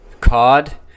cod